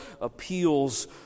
appeals